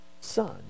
son